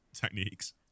techniques